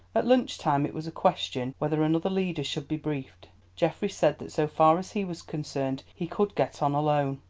at lunch time it was a question whether another leader should be briefed. geoffrey said that so far as he was concerned he could get on alone.